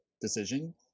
decision